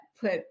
put